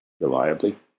reliably